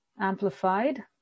Amplified